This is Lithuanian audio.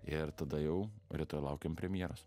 ir tada jau rytoj laukiam premjeros